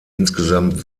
insgesamt